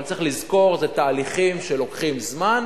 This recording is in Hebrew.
אבל צריך לזכור: זה תהליכים שלוקחים זמן.